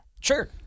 Sure